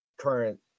current